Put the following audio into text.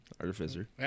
Artificer